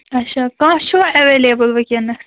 اَچھا کانٛہہ چھُوا ایٚویلیبُل وُنکٮ۪نَس